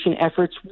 efforts